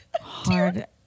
Hard